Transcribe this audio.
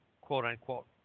quote-unquote